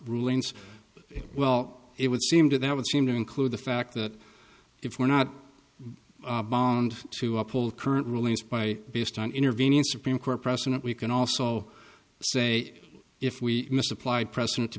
rulings well it would seem to that would seem to include the fact that if we're not bond to a pull current release by based on intervening supreme court precedent we can also say if we misapplied precedent to